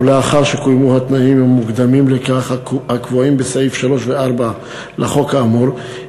ולאחר שקוימו התנאים המוקדמים לכך הקבועים בסעיף 3 ו-4 לחוק האמור,